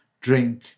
drink